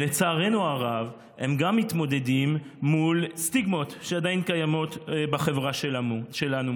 לצערנו הרב הם גם מתמודדים מול סטיגמות שעדיין קיימות בחברה שלנו,